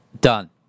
Done